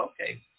okay